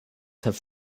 have